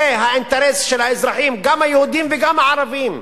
זה האינטרס של האזרחים, גם היהודים וגם הערבים.